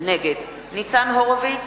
נגד ניצן הורוביץ,